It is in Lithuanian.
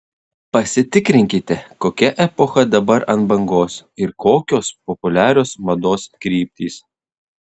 pasitikrinkite kokia epocha dabar ant bangos ir kokios populiarios mados kryptys